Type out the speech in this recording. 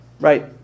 Right